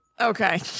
Okay